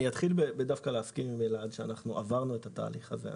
אני מסכים שעברנו את התהליך הזה.